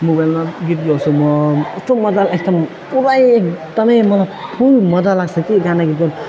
मोबाइलमा गीत गाउँछु म कस्तो मजा लाग्छ पुरै एकदमै मलाई फुल मजा लाग्छ कि गाना गीत गाउनु